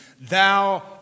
thou